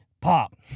pop